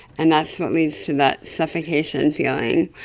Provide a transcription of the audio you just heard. and that's what leads to that suffocation feeling.